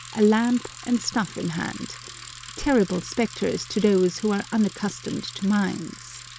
a lamp and staff in hand terrible spectres to those who are unaccustomed to mines.